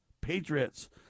patriots